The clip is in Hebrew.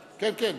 כן, כן.